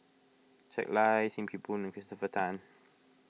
Jack Lai Sim Kee Boon and Christopher Tan